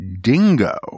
Dingo